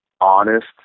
honest